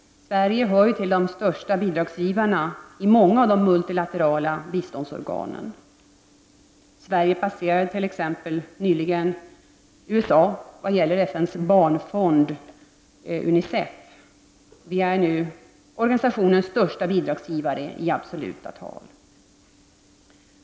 Sverige hör till de största bidragsgivarna i många av de multilaterala biståndsorganen. Sverige passerade t.ex. nyligen USA vad gäller FNs barnfond, UNICEF, och vi är nu organisationens största bidragsgivare i absoluta tal.